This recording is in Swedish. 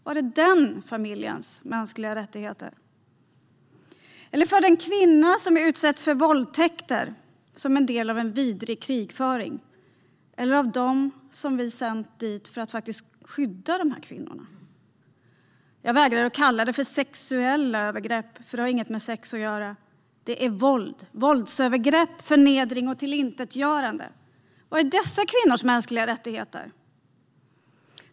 Var är den familjens mänskliga rättigheter? Vi måste fortsätta kampen för den kvinna som utsätts för våldtäkter som en del av en vidrig krigföring - eller av dem vi sänt dit för att faktiskt skydda dem. Jag vägrar kalla det "sexuella" övergrepp, för det har inget med sex att göra. Det är våld. Det är våldsövergrepp, förnedring och tillintetgörande. Var är dessa kvinnors mänskliga rättigheter?